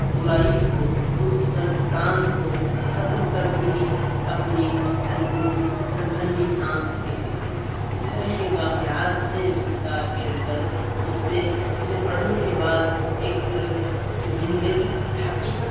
برائی کو وہ اس غلط کام کو ختم کر کے ہی اپنی ٹھنڈی سانس لیں گے اس طرح کے واقعات ہیں اس کتاب کے اندر جس سے جسے پڑھنے کے بعد ایک زندگی کی حقیقت